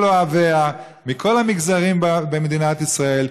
ראויים כל אוהביה מכל המגזרים במדינת ישראל,